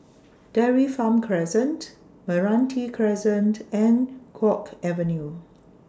Dairy Farm Crescent Meranti Crescent and Guok Avenue